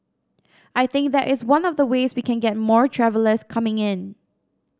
I think that is one of the ways we can get more travellers coming in